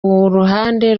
ruhande